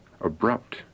abrupt